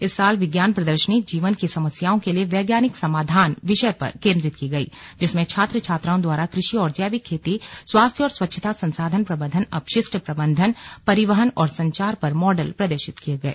इस साल विज्ञान प्रदर्शनी जीवन की समस्याओं के लिए वैज्ञानिक समाधान विषय पर केन्द्रित की गयी जिसमें छात्र छात्राओं द्वारा कृषि और जैविक खेती स्वास्थ्य और स्वच्छता संसाधन प्रबन्धन अपशिष्ट प्रबंधन परिवहन और संचार पर मॉडल प्रदर्शित किये गये